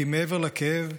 כי מעבר לכאב,